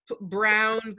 brown